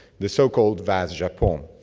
the so-called vase japon,